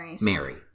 Mary